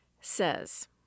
says